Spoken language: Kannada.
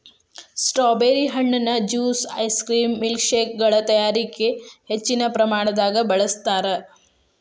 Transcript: ಸ್ಟ್ರಾಬೆರಿ ಹಣ್ಣುನ ಜ್ಯೂಸ್ ಐಸ್ಕ್ರೇಮ್ ಮಿಲ್ಕ್ಶೇಕಗಳ ತಯಾರಿಕ ಹೆಚ್ಚಿನ ಪ್ರಮಾಣದಾಗ ಬಳಸ್ತಾರ್